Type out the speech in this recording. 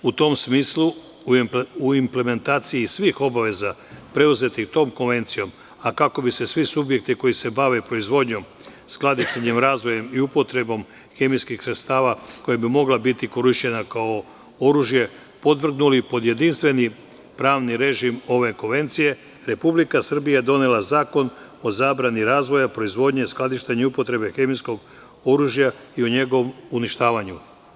U tom smislu, u implementaciji svih obaveza preuzetih tom konvencijom, a kako bi se svi subjekti koji se bave proizvodnjom, skladištenjem, razvojem i upotrebom hemijskih sredstava koja bi mogla biti korišćenja kao oružje podvrgnuli pod jedinstveni pravni režim ove konvencije, Republika Srbija donela je Zakon o zabrani razvoja proizvodnje, skladištenja i upotrebe hemijskog oružja i o njegovom uništavanju.